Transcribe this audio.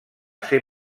ser